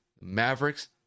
Mavericks